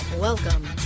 Welcome